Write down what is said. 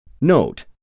Note